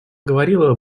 говорила